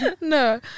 No